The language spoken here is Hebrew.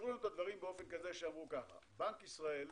באופן כזה שבנק ישראל,